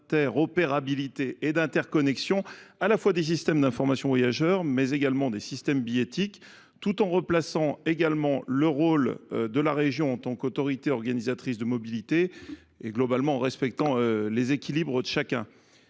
d'interopérabilité et d'interconnexion à la fois à la fois des systèmes d'information voyageurs mais également des systèmes billettiques, tout en remplaçant également le rôle de la région en tant qu'autorité organisatrice de mobilité et globalement, en respectant les équilibres de chacune